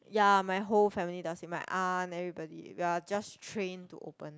ya my whole family does it my aunt everybody we are just trained to open